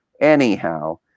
Anyhow